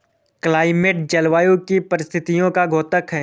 climate जलवायु की परिस्थितियों का द्योतक है